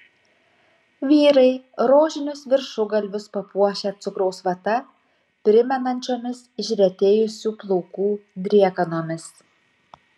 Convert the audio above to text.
vyrai rožinius viršugalvius papuošę cukraus vatą primenančiomis išretėjusių plaukų driekanomis